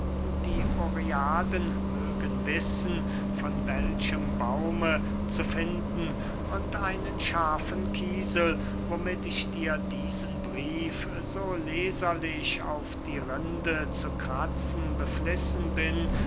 von welchem baume zu finden und einen scharfen kiesel womit ich dir diesen brief so leserlich auf die rinde zu kratzen beflissen bin